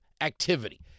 activity